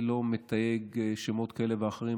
אני לא מתייג בשמות כאלה ואחרים.